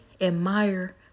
admire